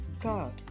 God